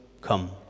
come